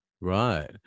Right